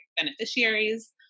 beneficiaries